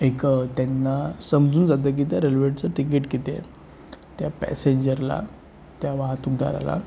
एक त्यांना समजून जातं की त्या रेल्वेचं तिकीट किती आहे त्या पॅसेंजरला त्या वाहतूकदाराला